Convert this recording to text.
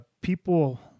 people